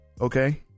okay